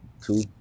two